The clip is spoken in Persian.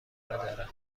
دارد